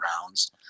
rounds